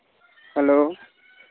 hello